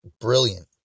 Brilliant